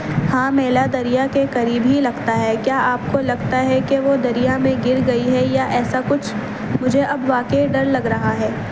ہاں میلہ دریا کے قریب ہی لگتا ہے کیا آپ کو لگتا ہے کہ وہ دریا میں گر گئی ہے یا ایسا کچھ مجھے اب واقعی ڈر لگ رہا ہے